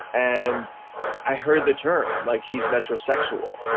and i heard the term like he's metrosexual.